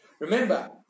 Remember